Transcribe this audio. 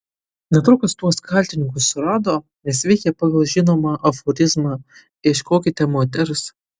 netrukus tuos kaltininkus surado nes veikė pagal žinomą aforizmą ieškokite moters